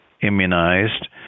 immunized